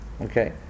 Okay